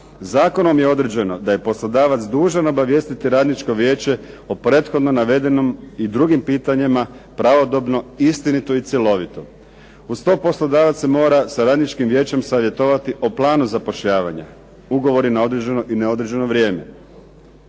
Zakonom je određeno da je poslodavac dužan obavijestiti radničko vijeće o prethodno navedenom i drugim pitanjima pravodobno, istinito i cjelovito. Uz to poslodavac se mora sa radničkim vijećem savjetovati o planu zapošljavanja, ugovori na određeno i neodređeno vrijeme,